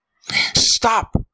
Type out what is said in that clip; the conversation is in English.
stop